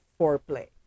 foreplay